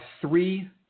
three